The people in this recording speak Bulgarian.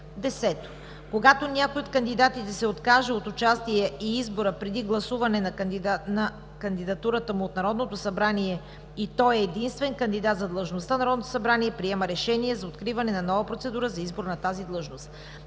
10. Когато някой от кандидатите се откаже от участие в избора преди гласуване на кандидатурата му от Народното събрание и той е единствен кандидат за длъжността, Народното събрание приема решение за откриване на нова процедура за избор за тази длъжност.